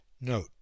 note